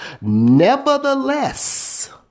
Nevertheless